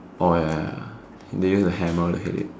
oh ya ya ya they use a hammer to hit it